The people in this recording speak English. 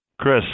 Chris